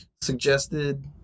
suggested